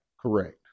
Correct